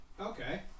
Okay